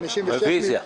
רוויזיה.